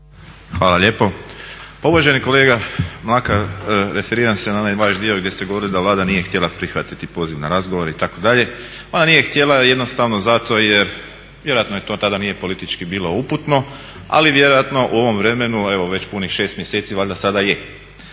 Hvala lijepo. Pa uvaženi kolega Mlakar, referiram se na onaj vaš dio gdje ste govorili da Vlada nije htjela prihvatiti poziv na razgovor itd. Ona nije htjela jednostavno zato jer vjerojatno joj to tada nije politički bilo uputno, ali vjerojatno u ovom vremenu evo već punih 6 mjeseci valjda sada je.